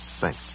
Thanks